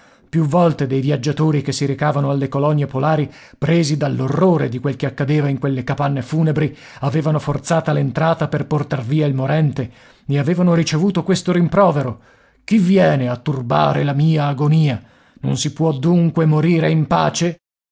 più più volte dei viaggiatori che si recavano alle colonie polari presi dall'orrore di quel che accadeva in quelle capanne funebri avevano forzata l'entrata per portar via il morente e avevano ricevuto questo rimprovero chi viene a turbare la mia agonia non si può dunque morire in pace